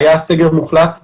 היה סגר מוחלט,